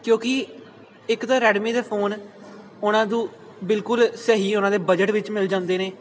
ਕਿਉਂਕਿ ਇੱਕ ਤਾਂ ਰੈਡਮੀ ਦੇ ਫੋਨ ਉਹਨਾਂ ਨੂੰ ਬਿਲਕੁਲ ਸਹੀ ਉਹਨਾਂ ਦੇ ਬਜਟ ਵਿੱਚ ਮਿਲ ਜਾਂਦੇ ਨੇ